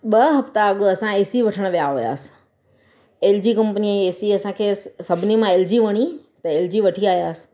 ॿ हफ़्ता अॻु असां ए सी वठण विया हुआसी एल जी कंपनीअ जी ए सी असांखे सभिनी मां एल जी वणी त एल जी वठी आयसि